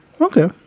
Okay